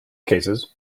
cases